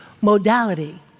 modality